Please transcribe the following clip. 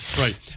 right